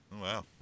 wow